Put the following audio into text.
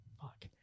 Fuck